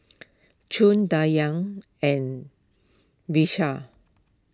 Choor Dhyan and Vishal